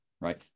right